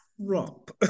Trump